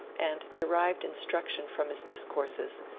and derived instruction from his discourses,